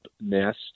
nest